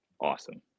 awesome